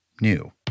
new